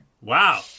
Wow